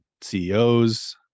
CEOs